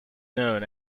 known